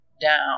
down